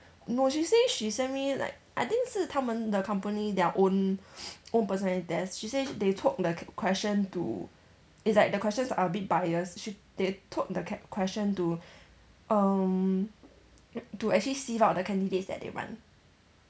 no she say she send me like I think 是他们的 company their own own personality test she say they tweak the questions to it's like the questions are a bit biased she they tweak the q~ question to um to actually sieve out the candidates that they want